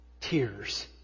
Tears